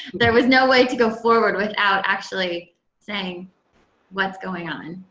there was no way to go forward without actually saying what's going on.